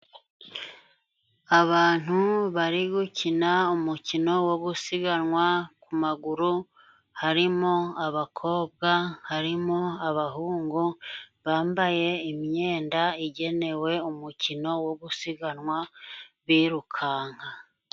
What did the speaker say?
Abantu bari gukina umukino wo gusiganwa ku maguru harimo abakobwa, harimo abahungu bambaye imyenda igenewe umukino wo gusiganwa birukanka.